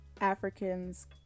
Africans